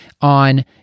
on